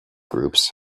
groups